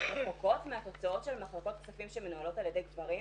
רחוקות מהתוצאות של מחלקות כספים שמנוהלות על ידי גברים?